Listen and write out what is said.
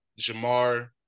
Jamar